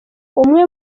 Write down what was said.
umwe